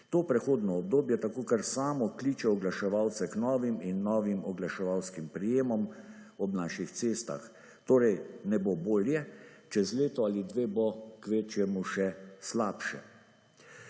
To prehodno obdobje tako kar samo kliče oglaševalce k novim in novim oglaševalskih prijemom ob naših cestah, torej ne bo bolje, čez leto ali dve bo kvečjemu še slabše.